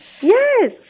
yes